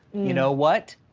you know what?